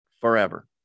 forever